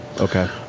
okay